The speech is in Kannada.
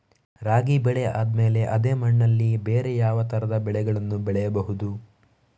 ರಾಗಿ ಬೆಳೆ ಆದ್ಮೇಲೆ ಅದೇ ಮಣ್ಣಲ್ಲಿ ಬೇರೆ ಯಾವ ತರದ ಬೆಳೆಗಳನ್ನು ಬೆಳೆಯಬಹುದು?